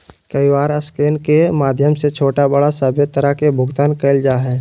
QR scan के माध्यम से छोटा बड़ा सभे तरह के भुगतान कइल जा हइ